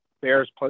Bears